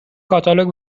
کاتالوگ